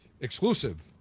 exclusive